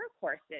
courses